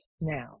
now